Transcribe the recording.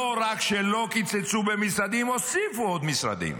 לא רק שלא קיצצו במשרדים, הוסיפו עוד משרדים.